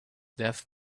death